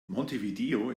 montevideo